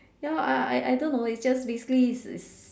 ya I I I don't know it's just basically it's it's